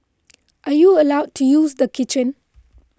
are you allowed to use the kitchen